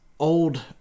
old